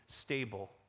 stable